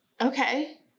Okay